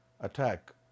attack